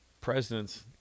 presidents